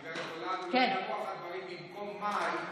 גב' גולן, ברוח הדברים, במקום מאי גולן,